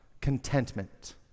Contentment